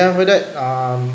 then after that um